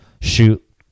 shoot